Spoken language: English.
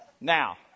now